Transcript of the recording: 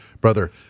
brother